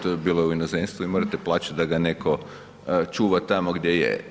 To je bilo u inozemstvu i morate plaćati da ga netko čuva tamo gdje je.